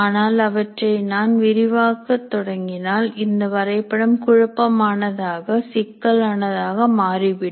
ஆனால் அவற்றை நான் விரிவாக்க தொடங்கினால் இந்த வரைபடம் குழப்பமானதாக சிக்கல் ஆனதாக மாறிவிடும்